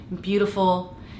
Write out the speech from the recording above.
beautiful